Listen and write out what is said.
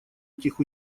этих